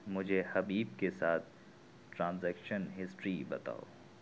مجھے حبیب کے ساتھ ٹرانزیکشن ہسٹری بتاؤ